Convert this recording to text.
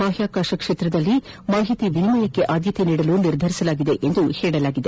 ಬಾಹ್ಯಾಕಾಶ ಕ್ಷೇತ್ರದಲ್ಲಿನ ಮಾಹಿತಿ ವಿನಿಮಯಕ್ಕೆ ಆದ್ದತೆ ನೀಡಲು ನಿರ್ಧರಿಸಲಾಗಿದೆ ಎಂದು ಹೇಳಿದೆ